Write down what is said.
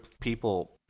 people